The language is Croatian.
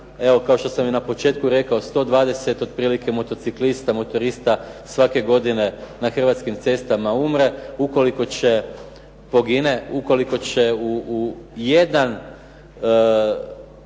kao što sam i na početku rekao, 120 otprilike motociklista, motorista svake godine na hrvatskim cestama umre, pogine. Ukoliko će jedan